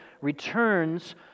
returns